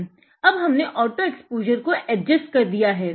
अब हमने auto exposure को एडजस्ट कर दिया है